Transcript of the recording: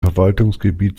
verwaltungsgebiet